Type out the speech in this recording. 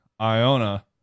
Iona